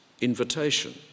invitation